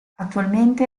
attualmente